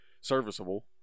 serviceable